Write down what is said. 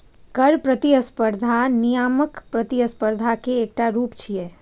कर प्रतिस्पर्धा नियामक प्रतिस्पर्धा के एकटा रूप छियै